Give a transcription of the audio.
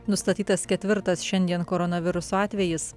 nustatytas ketvirtas šiandien koronaviruso atvejis